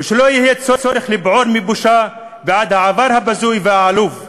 ושלא יהיה צורך לבעור מבושה בעד העבר הבזוי והעלוב,